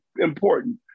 important